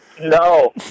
No